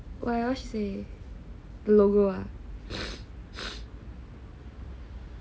why what she say logo ah